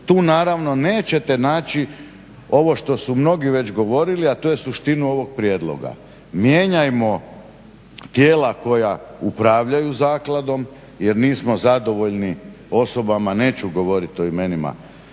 tu naravno nećete naći ovo što su mnogi već govorili, a to je suštinu ovog prijedloga. Mijenjajmo tijela koja upravljaju zakladom jer nismo zadovoljni osobama neću govoriti o imenima